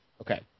Okay